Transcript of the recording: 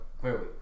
clearly